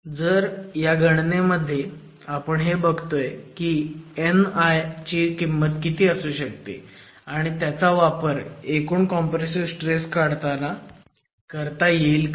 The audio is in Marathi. तर ह्या गणनेमध्ये आपण हे बघतोय की Ni ची किंमत किती असू शकते आणि त्याचा वापर एकूण कॉम्प्रेसिव्ह स्ट्रेस काढताना करता येईल का